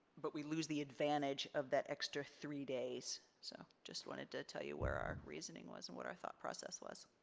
but we lose the advantage of that extra three days. so just wanted to tell you where our reasoning was and what our thought process was.